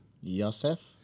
Yosef